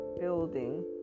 building